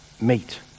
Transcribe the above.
meet